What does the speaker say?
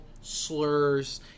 slurs